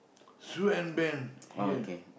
swan ban here